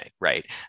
Right